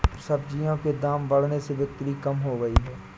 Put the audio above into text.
सब्जियों के दाम बढ़ने से बिक्री कम हो गयी है